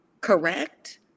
correct